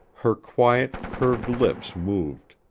her quiet, curved lips moved.